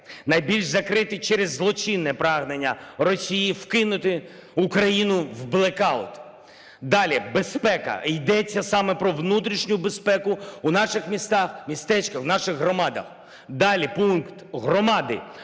найбільш закритий через злочинне прагнення Росії вкинути Україну в блекаут. Далі – "Безпека". Йдеться саме про внутрішню безпеку у наших містах, містечках, у наших громадах. Далі – пункт "Громади".